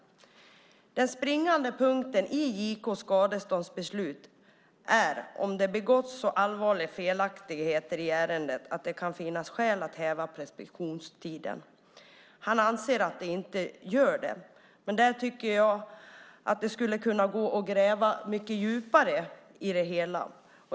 Den springande punkten i JK:s skadeståndsbeslut är om det har begåtts så allvarliga felaktigheter i ärendet att det kan finnas skäl att häva preskriptionen. Han anser att det inte gör det. Men jag tycker att det skulle kunna gå att gräva mycket djupare i detta.